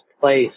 place